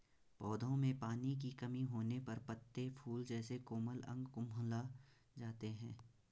पौधों में पानी की कमी होने पर पत्ते, फूल जैसे कोमल अंग कुम्हला जाते हैं